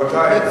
כאן,